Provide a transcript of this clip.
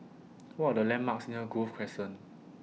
What Are The landmarks near Grove Crescent